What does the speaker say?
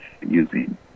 using